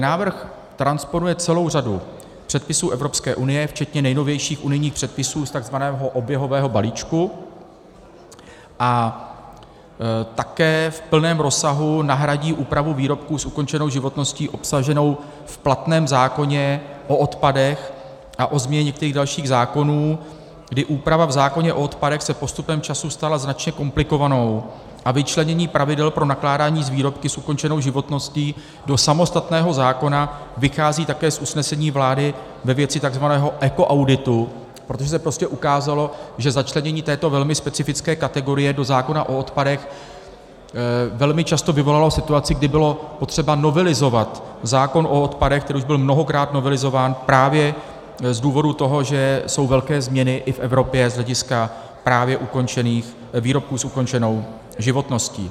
Návrh transponuje celou řadu předpisů Evropské unie, včetně nejnovějších unijních předpisů z takzvaného oběhového balíčku, a také v plném rozsahu nahradí úpravu výrobků s ukončenou životností obsaženou v platném zákoně o odpadech a o změně některých dalších zákonů, kdy úprava v zákoně o odpadech se postupem času stala značně komplikovanou, a vyčlenění pravidel pro nakládání s výrobky s ukončenou životností do samostatného zákona vychází také z usnesení vlády ve věci takzvaného ekoauditu, protože se prostě ukázalo, že začlenění této velmi specifické kategorie do zákona o odpadech velmi často vyvolalo situaci, kdy bylo potřeba novelizovat zákon o odpadech, který už byl mnohokrát novelizován právě z důvodu toho, že jsou velké změny i v Evropě z hlediska právě výrobků s ukončenou životností.